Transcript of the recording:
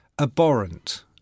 abhorrent